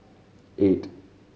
eight